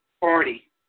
party